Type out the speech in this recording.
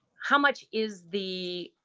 how much is the,